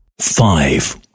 five